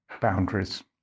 boundaries